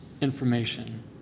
information